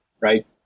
right